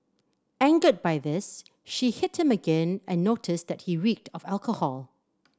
angered by this she hit him again and noticed that he reeked of alcohol